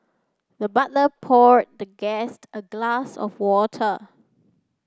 the butler pour the guest a glass of water